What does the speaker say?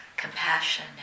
compassion